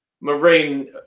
Marine